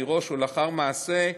מראש או לאחר מעשה,